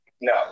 No